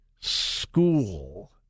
school